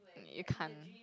you can't